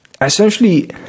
essentially